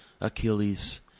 Achilles